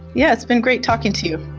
yeah, it's been great talking to you